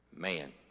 man